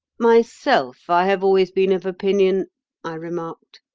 myself, i have always been of opinion i remarked.